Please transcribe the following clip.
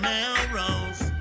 Melrose